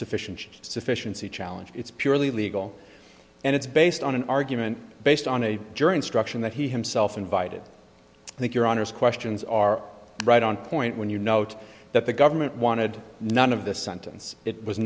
deficient sufficiency challenge it's purely legal and it's based on an argument based on a jury instruction that he himself invited i think your honour's questions are right on point when you note that the government wanted none of the sentence it was